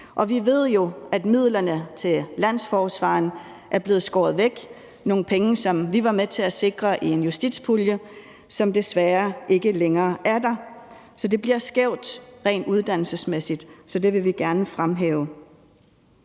Vi ved jo, at midlerne til landsforsvareren er blevet skåret væk – nogle penge, som vi var med til at sikre i en justitspulje, som desværre ikke længere er der – så det bliver skævt rent uddannelsesmæssigt. Så det vil vi gerne fremhæve.